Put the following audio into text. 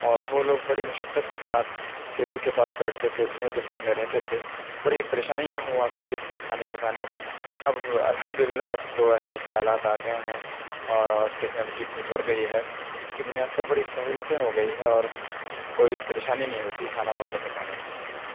اور وہ لوگ بڑی مشقت کے ساتھ چولہے کے پاس بیٹھتے تھے دھویں کے سامنے رہتے تھے بڑی پریشانیاں ہوا کرتی تھی کھانے پکانے میں اب الحمد للہ اب تو ایسے ایسے آلات آ گئے ہیں اور ٹیکنالوجی اتنی بڑھ گئی ہے جس کی بنیاد پر بڑی سہولتیں ہوگئی ہے اور کوئی پریشانی نہیں ہوتی کھانا وغیرہ پکانے میں